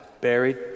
buried